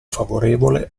favorevole